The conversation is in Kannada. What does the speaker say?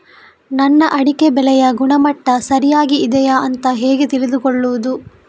ನನ್ನ ಅಡಿಕೆ ಬೆಳೆಯ ಗುಣಮಟ್ಟ ಸರಿಯಾಗಿ ಇದೆಯಾ ಅಂತ ಹೇಗೆ ತಿಳಿದುಕೊಳ್ಳುವುದು?